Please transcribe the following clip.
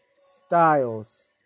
Styles